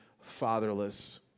fatherless